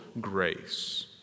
grace